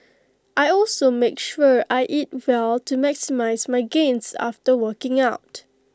I also make sure I eat well to maximise my gains after working out